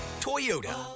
Toyota